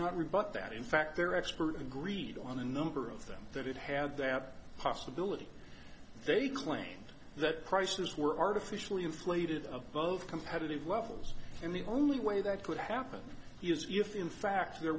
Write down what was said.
not rebut that in fact their expert agreed on a number of them that it had that possibility they claimed that prices were artificially inflated of both competitive levels and the only way that could happen is if in fact there